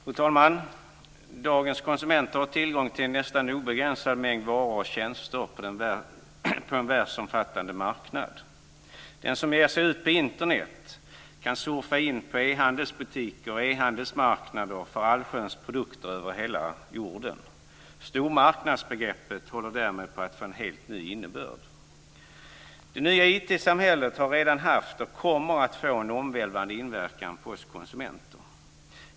Fru talman! Dagens konsumenter har tillgång till en nästan obegränsad mängd varor och tjänster på en världsomfattande marknad. Den som ger sig ut på Internet kan surfa in på e-handelsbutiker och ehandelsmarknader för allsköns produkter över hela jorden. Stormarknadsbegreppet håller därmed på att få en helt ny innebörd. Det nya IT-samhället har redan haft, och kommer att få, en omvälvande inverkan på oss konsumenter.